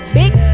big